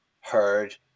heard